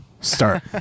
Start